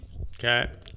Okay